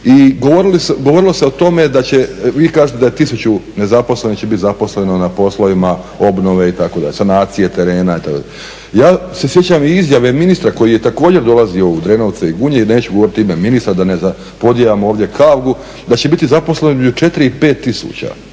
i govorilo se o tome da će, vi kažete da je 1000 nezaposlenih će biti zaposleno na poslovima obnove, sanacije terena itd. Ja se sjećam i izjave ministra koji je također dolazio u Drenovce i Gunju, i neću govoriti ime ministra da ne podijam ovdje kargu, da će biti zaposleno između 4 i 5 tisuća